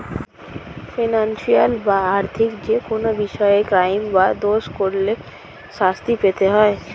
financial বা আর্থিক যেকোনো বিষয়ে ক্রাইম বা দোষ করলে শাস্তি পেতে হয়